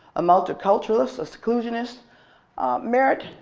a multiculturalist, a seclusionist merit,